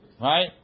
right